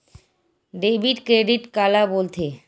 Debit credit काला बोल थे?